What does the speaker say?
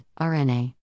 RNA